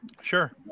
sure